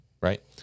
right